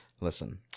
listen